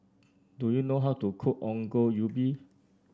do you know how to cook Ongol Ubi